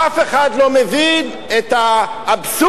אף אחד לא מבין את האבסורד,